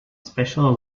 special